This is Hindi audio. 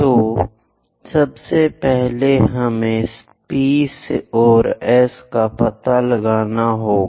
तो सबसे पहले हमें P और S का पता लगाना होगा